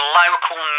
local